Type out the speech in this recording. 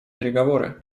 переговоры